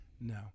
No